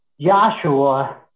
Joshua